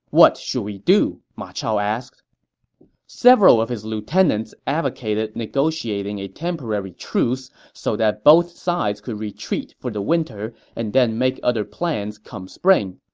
what should we do? ma chao asked several of his lieutenants advocated negotiating a temporary truce so that both sides could retreat for the winter and then make other plans come spring.